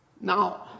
Now